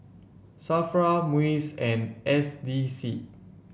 Safra MUIS and S D C